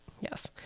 Yes